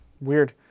Weird